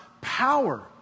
power